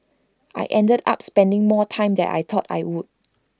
I ended up spending more time than I thought I would